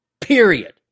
Period